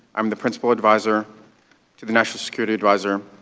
i'm the principal adviser to the national security adviser